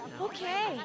Okay